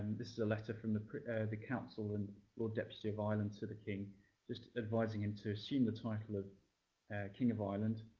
this is the letter from the the council and lord deputy of ireland to the king just advising him to assume the title of king of ireland.